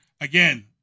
again